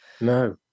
No